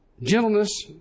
Gentleness